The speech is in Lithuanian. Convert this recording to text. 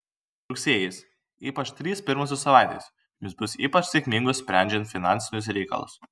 rugsėjis ypač trys pirmosios savaitės jums bus ypač sėkmingos sprendžiant finansinius reikalus